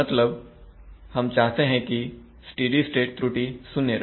मतलब हम चाहते हैं स्टेडी स्टेट त्रुटि शुन्य रहे